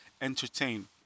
entertain